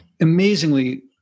amazingly